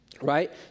right